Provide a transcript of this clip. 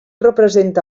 representa